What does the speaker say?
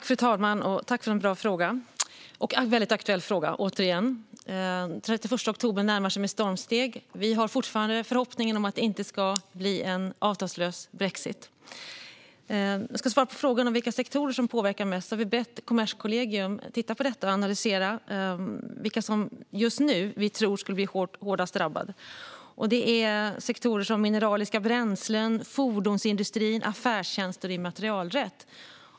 Fru talman! Jag tackar för en bra och väldigt aktuell fråga. Den 31 oktober närmar sig med stormsteg. Vi har fortfarande förhoppningen att det inte ska bli en avtalslös brexit. Jag ska svara på frågan om vilka sektorer som påverkas mest. Vi har bett Kommerskollegium att titta på detta och analysera vilka vi just nu tror skulle bli hårdast drabbade. Det är sektorer som mineraliska bränslen, fordonsindustrin, affärstjänster och immaterialrätt.